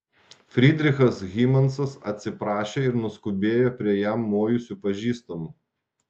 frydrichas hymansas atsiprašė ir nuskubėjo prie jam mojusių pažįstamų